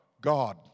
God